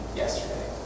yesterday